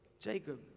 Jacob